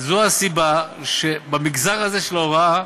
זאת הסיבה שבמגזר הזה, של ההוראה,